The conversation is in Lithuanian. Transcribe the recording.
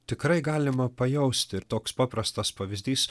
tikrai galima pajausti ir toks paprastas pavyzdys